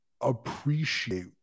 appreciate